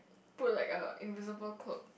put like a invisible cloak